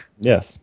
Yes